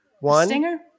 One